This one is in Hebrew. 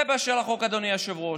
זה באשר לחוק, אדוני היושב-ראש.